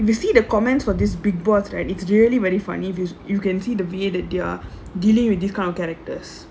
if you see the comments for this bigg boss right it's really very funny because you can see the view that they're dealing with this kind of characters